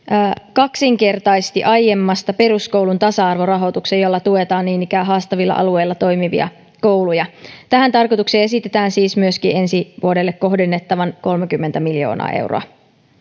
kaksinkertaisti aiemmasta peruskoulun tasa arvorahoituksen jolla tuetaan niin ikään haastavilla alueilla toimivia kouluja tähän tarkoitukseen esitetään siis myöskin ensi vuodelle kohdennettavaksi kolmekymmentä miljoonaa euroa